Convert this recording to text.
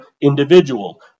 individual